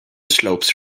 slopes